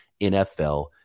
nfl